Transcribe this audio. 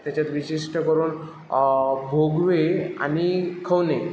त्याच्यात विशिष्ट करून भोगवे आणि खवने